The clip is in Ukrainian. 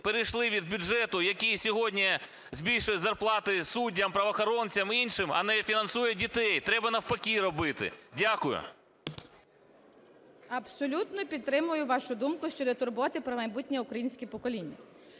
перейшли від бюджету, який сьогодні збільшує зарплати суддям, правоохоронцям і іншим, а не фінансує дітей. Треба навпаки робити. Дякую. 10:59:42 СКАЛЕЦЬКА З.С. Абсолютно підтримую вашу думку щодо турботи про майбутні українські покоління.